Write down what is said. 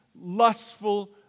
lustful